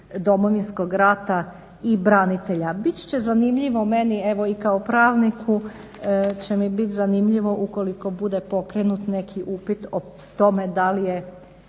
Domovinskog rata i branitelja. Bit će zanimljivo meni evo i kao pravniku će mi bit zanimljivo ukoliko bude pokrenut neki upit o tome da li je